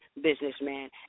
businessman